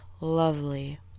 lovely